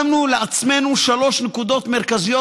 שמנו לעצמנו שלוש נקודות מרכזיות,